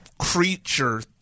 creature